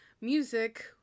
music